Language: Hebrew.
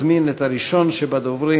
אזמין את הראשון שבדוברים,